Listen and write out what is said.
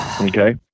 Okay